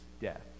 death